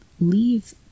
leave